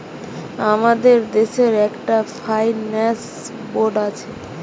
আমাদের দেশে একটা ফাইন্যান্স বোর্ড আছে